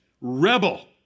rebel